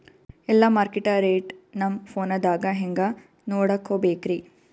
ಎಲ್ಲಾ ಮಾರ್ಕಿಟ ರೇಟ್ ನಮ್ ಫೋನದಾಗ ಹೆಂಗ ನೋಡಕೋಬೇಕ್ರಿ?